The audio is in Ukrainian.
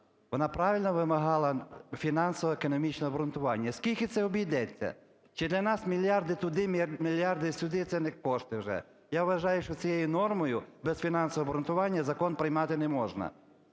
Вона правильно вимагала фінансово-економічне обґрунтування. У скільки це обійдеться? Чи для нас мільярди туди, мільярди сюди – це не кошти вже? Я вважаю, що цією нормою без фінансового обґрунтування закон приймати не можна.